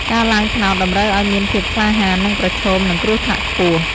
ការឡើងត្នោតតម្រូវឲ្យមានភាពក្លាហាន និងប្រឈមនឹងគ្រោះថ្នាក់ខ្ពស់។